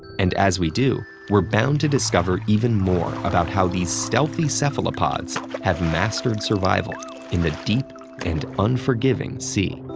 and as we do, we're bound to discover even more about how these stealthy cephalopods have mastered survival in the deep and unforgiving sea.